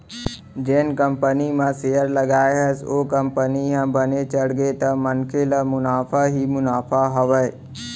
जेन कंपनी म सेयर लगाए हस ओ कंपनी ह बने चढ़गे त मनखे ल मुनाफा ही मुनाफा हावय